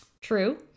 True